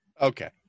Okay